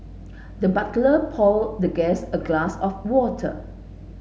the butler poured the guest a glass of water